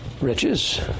riches